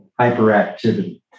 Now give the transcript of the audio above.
hyperactivity